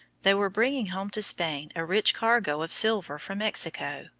they were bringing home to spain a rich cargo of silver from mexico,